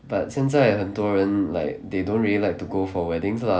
but 现在很多人 like they don't really like to go for weddings lah so